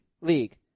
league